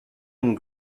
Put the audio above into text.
and